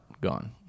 gone